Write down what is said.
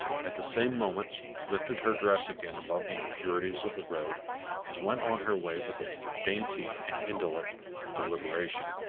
at the same moment lifted her dress again above the impurities of the road and went on her way with a dainty and indolent deliberation,